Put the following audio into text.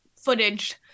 footage